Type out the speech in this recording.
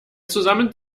zusammen